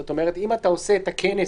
זאת אומרת, אם אתה עושה את הכנס